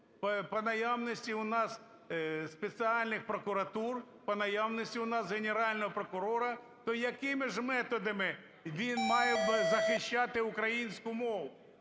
при наявності у нас спеціальних прокуратур, при наявності у нас Генерального прокурора, то якими ж методами він має захищати українську мову?